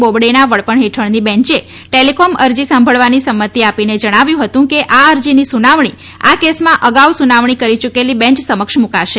બોબડેના વડપણ હેઠળની બેંચે ટેલીકોમ અરજી સાંભળવાની સંમતી આપીને જણાવ્યું હતું કે આ અરજીની સુનાવણી આ કેસમાં અગાઉ સુનાવણી કરી યુકેલી બેંચ સમક્ષ મુકાશે